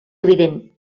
evident